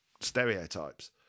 stereotypes